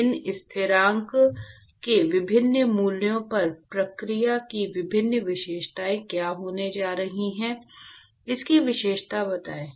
इन स्थिरांक के विभिन्न मूल्यों पर प्रक्रिया की विभिन्न विशेषताएं क्या होने जा रही हैं इसकी विशेषता बताएं